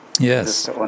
Yes